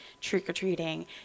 trick-or-treating